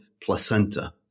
placenta